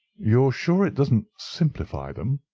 you're sure it doesn't simplify them?